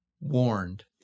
warned